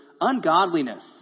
ungodliness